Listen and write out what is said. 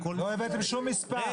לא הבאתם שום מספר.